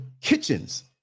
kitchens